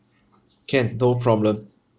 can no problem